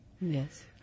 Yes